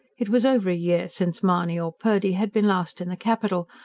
it was over a year since mahony or purdy had been last in the capital,